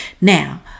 Now